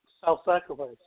Self-sacrifice